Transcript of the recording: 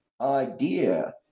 idea